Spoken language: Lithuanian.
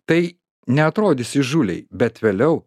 tai neatrodys įžūliai bet vėliau